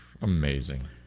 Amazing